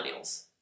millennials